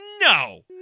no